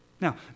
Now